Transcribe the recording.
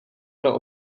pro